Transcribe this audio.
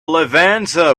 levanter